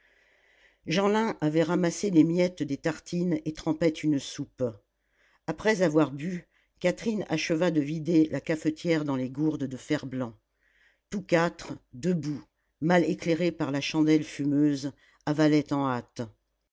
jeanlin avait ramassé les miettes des tartines et trempait une soupe après avoir bu catherine acheva de vider la cafetière dans les gourdes de fer-blanc tous quatre debout mal éclairés par la chandelle fumeuse avalaient en